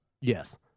Yes